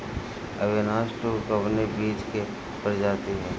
Avinash two कवने बीज क प्रजाति ह?